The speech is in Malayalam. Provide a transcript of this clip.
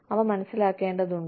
അവ മനസ്സിലാക്കേണ്ടതുണ്ട്